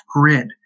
grid